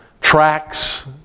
tracks